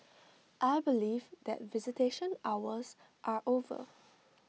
I believe that visitation hours are over